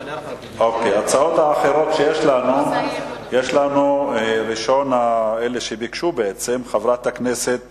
ההצעות האחרות שיש לנו, אלה שביקשו הם חברת הכנסת